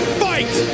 fight